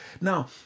Now